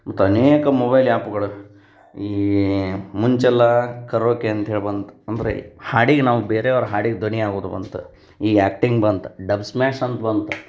ಮತ್ತು ಅನೇಕ ಮೊಬೈಲ್ ಆ್ಯಪ್ಗಳು ಈ ಮುಂಚೆಯೆಲ್ಲ ಕರೋಕೆ ಅಂತ್ಹೇಳಿ ಬಂತು ಅಂದರೆ ಹಾಡಿಗೆ ನಾವು ಬೇರೆವ್ರ ಹಾಡಿಗೆ ಧ್ವನಿಯಾಗೋದು ಅಂತ ಈಗ ಆ್ಯಕ್ಟಿಂಗ್ ಬಂತು ಡಬ್ಸ್ಮ್ಯಾಶ್ ಅಂತ ಬಂತು